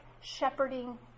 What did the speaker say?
shepherding